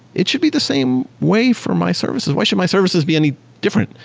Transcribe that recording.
it should be the same way for my services. why should my services be any different,